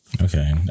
okay